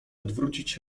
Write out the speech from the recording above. odwrócić